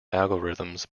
algorithms